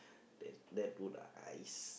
that that would ice